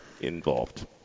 involved